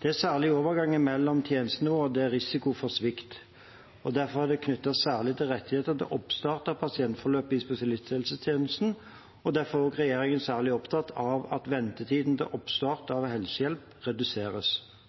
Det er særlig i overgangen mellom tjenestenivåene det er risiko for svikt. Derfor er det knyttet særlige rettigheter til oppstart av pasientforløpet i spesialisthelsetjenesten, og derfor er også regjeringen særlig opptatt av at ventetiden til oppstart av helsehjelp reduseres.